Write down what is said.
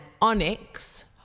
onyx